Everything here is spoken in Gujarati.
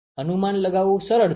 તેથી અનુમાન લગાવવું સરળ છે